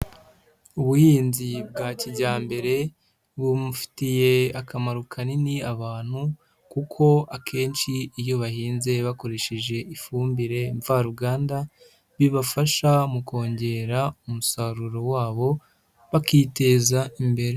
Ubuhinzi bwa kijyambere bumufitiye akamaro kanini abantu kuko akenshi iyo bahinze bakoresheje ifumbire mvaruganda, bibafasha mu kongera umusaruro wabo bakiteza imbere.